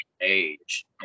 age